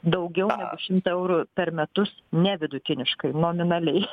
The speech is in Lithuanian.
daugiau negu šimtą eurų per metus ne vidutiniškai nominaliai